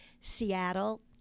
Seattle